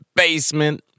basement